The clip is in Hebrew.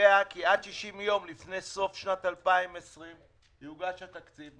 קובע כי עד 60 ימים לפני סוף שנת 2020 יוגש התקציב.